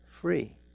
free